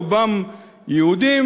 רובם יהודיים,